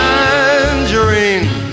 Tangerine